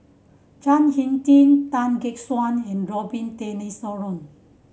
Chao Hick Tin Tan Gek Suan and Robin Tessensohn